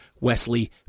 Wesley